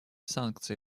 санкции